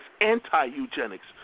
anti-eugenics